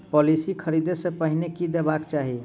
Policy खरीदै सँ पहिने की देखबाक चाहि?